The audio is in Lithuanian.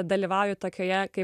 dalyvauju tokioje kaip